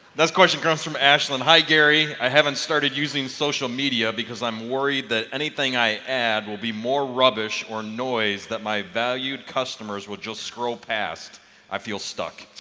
next question comes from ashland. hi, gary i haven't started using social media because i'm worried that anything i add will be more rubbish or noise that my valued customers would just scroll past i feel stuck,